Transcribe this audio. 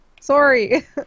sorry